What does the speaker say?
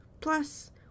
Plus